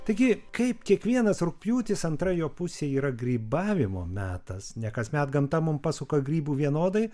taigi kaip kiekvienas rugpjūtis antra jo pusė yra grybavimo metas ne kasmet gamta mums pasuka grybų vienodai